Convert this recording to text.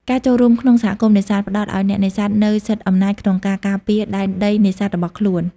ការចូលរួមក្នុង សហគមន៍នេសាទ ផ្តល់ឱ្យអ្នកនេសាទនូវសិទ្ធិអំណាចក្នុងការការពារដែនដីនេសាទរបស់ខ្លួន។